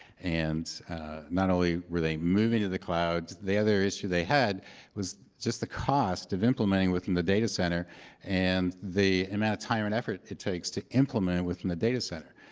and not only were they moving to the cloud, the other issue they had was just the cost of implementing within the data center and the amount of time and effort it takes to implement within the data center.